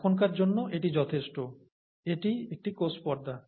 এখনকার জন্য এটি যথেষ্ট এটিই একটি কোষ পর্দা